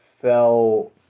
fell